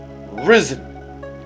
risen